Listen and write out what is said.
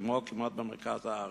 כמעט כמו במרכז הארץ.